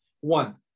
One